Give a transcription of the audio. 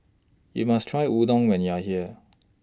YOU must Try Udon when YOU Are here